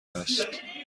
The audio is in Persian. هست